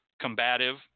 Combative